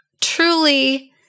truly